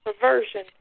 perversion